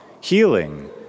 healing